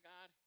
God